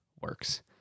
works